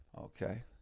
okay